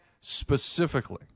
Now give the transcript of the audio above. specifically